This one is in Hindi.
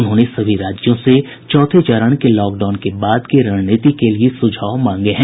उन्होंने सभी राज्यों से चौथे चरण के लॉकडाउन के बाद की रणनीति के लिए सुझाव मांगे हैं